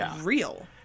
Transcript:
real